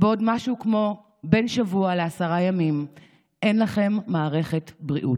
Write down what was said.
בעוד משהו כמו בין שבוע לעשרה ימים אין לכם מערכת בריאות,